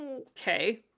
okay